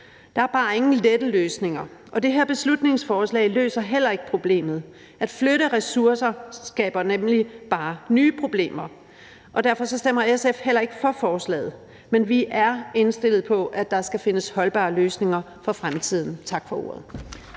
Der er bare ingen lette løsninger, og det her beslutningsforslag løser heller ikke problemet. At flytte ressourcer skaber nemlig bare nye problemer, og derfor stemmer SF heller ikke for forslaget. Men vi er indstillet på, at der skal findes holdbare løsninger for fremtiden. Tak for ordet.